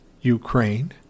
Ukraine